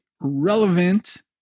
relevant